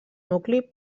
nucli